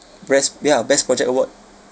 bres~ ya best project award